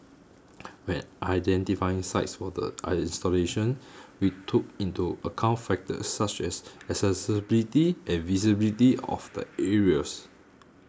when identifying sites for the installations we took into account factors such as accessibility and visibility of the areas